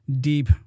deep